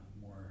more